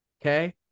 Okay